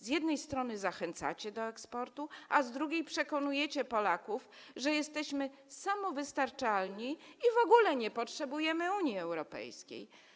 Z jednej strony zachęcacie do eksportu, a z drugiej przekonujecie Polaków, że jesteśmy samowystarczalni i w ogóle nie potrzebujemy Unii Europejskiej.